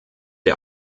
der